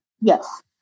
Yes